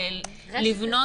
לבנות